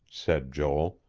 said joel.